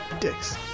Dicks